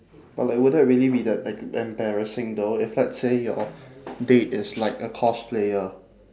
but like would that really be that like embarrassing though if let's say your date is like a cosplayer